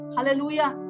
Hallelujah